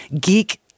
geek